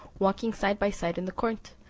walking side by side in the court,